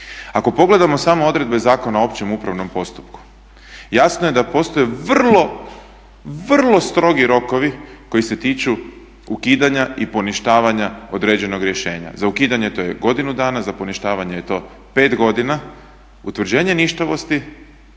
Ako pogledamo samo odredbe Zakona o općem upravnom postupku, jasno je da postoje vrlo, vrlo strogi rokovi koji se tiču ukidanja i poništavanja određenog rješenja. Za ukidanje to je godinu dana, za poništavanje je to pet godina, utvrđenje ništavosti,